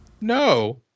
no